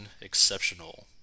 exceptional